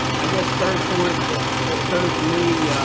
i guess. third point that that occurs to me,